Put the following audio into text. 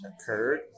occurred